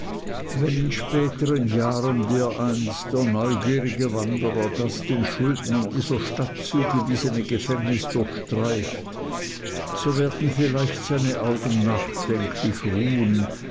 wenn in spätern jahren dereinst der neugierige wanderer das den schuldnern dieser stadt zugewiesene gefängnis durchstreift so werden vielleicht seine augen nachdenklich ruhen